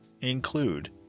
include